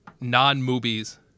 non-movie's